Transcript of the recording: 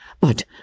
But